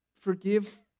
Forgive